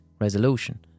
resolution